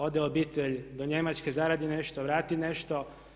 Ode obitelj do Njemačke, zaradi nešto, vrati nešto.